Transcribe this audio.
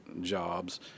jobs